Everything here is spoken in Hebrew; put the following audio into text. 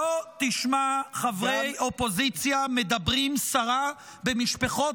לא תשמע חברי אופוזיציה מדברים סרה במשפחות